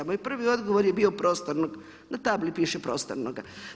Moj prvi odgovor je bio prostornog, na tabli piše prostornoga.